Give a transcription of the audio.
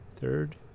third